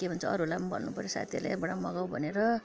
के भन्छ अरूहरूलाई पनि भन्नुपऱ्यो साथीहरूलाई यहाँबाट मगाउ भनेर